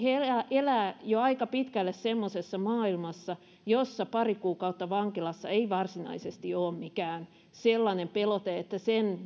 elävät jo aika pitkälle semmoisessa maailmassa jossa pari kuukautta vankilassa ei varsinaisesti ole mikään sellainen pelote että sen